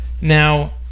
Now